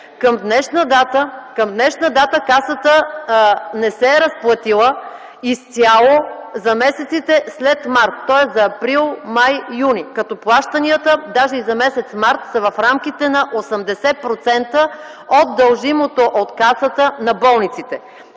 Към днешна дата Касата не се е разплатила изцяло за месеците след март, тоест за април, май и юни, като плащанията даже и за м. март са в рамките на 80% от дължимото от Касата на болниците.